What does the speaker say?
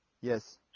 Yes